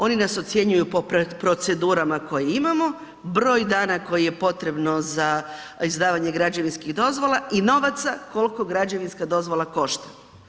Oni nas ocjenjuju po procedurama koje imamo, broj dana koji je potrebno za izdavane građevinskih dozvola i novaca koliko građevinska dozvola košta.